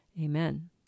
Amen